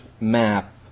map